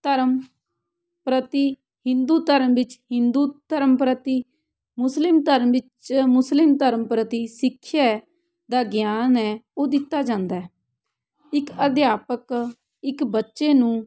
ਧਰਮ ਪ੍ਰਤੀ ਹਿੰਦੂ ਧਰਮ ਵਿੱਚ ਹਿੰਦੂ ਧਰਮ ਪ੍ਰਤੀ ਮੁਸਲਿਮ ਧਰਮ ਵਿੱਚ ਮੁਸਲਿਮ ਧਰਮ ਪ੍ਰਤੀ ਸਿੱਖਿਆ ਹੈ ਦਾ ਗਿਆਨ ਹੈ ਉਹ ਦਿੱਤਾ ਜਾਂਦਾ ਹੈ ਇੱਕ ਅਧਿਆਪਕ ਇੱਕ ਬੱਚੇ ਨੂੰ